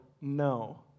no